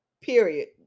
period